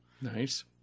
Nice